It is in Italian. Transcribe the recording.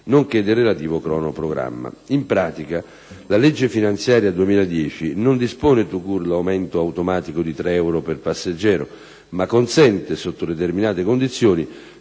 nonché del relativo cronoprogramma.